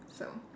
so